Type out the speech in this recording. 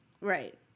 Right